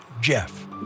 Jeff